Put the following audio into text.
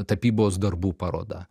tapybos darbų paroda